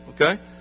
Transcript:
okay